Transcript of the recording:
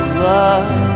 love